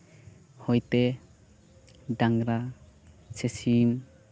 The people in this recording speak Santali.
ᱦᱩᱭ ᱛᱮ ᱰᱟᱝᱨᱟ ᱥᱮ ᱥᱤᱢ